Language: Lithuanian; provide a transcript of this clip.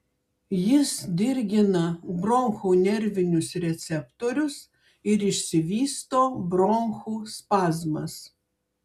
jis dirgina bronchų nervinius receptorius ir išsivysto bronchų spazmas